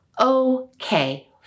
okay